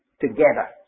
together